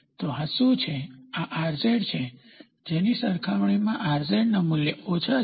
તો આ શું છે આ છે જેની સરખામણીમાં ના મૂલ્યો ઓછા છે